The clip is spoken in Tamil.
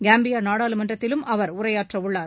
காம்பியா நாடாளுமன்றத்திலும் அவர் உரையாற்றவுள்ளார்